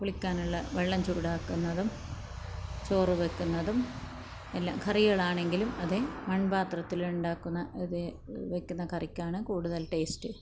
കുളിക്കാനുള്ള വെള്ളം ചൂടാക്കുന്നതും ചോറ് വെക്കുന്നതും എല്ലാം കറികളാണെങ്കിലും അതെ മൺ പാത്രത്തിലുണ്ടാക്കുന്ന അതേ വെക്കുന്ന കറിയ്ക്കാണ് കൂടുതൽ ടെയ്സ്റ്റ്